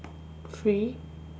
free